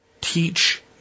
Teach